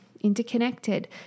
interconnected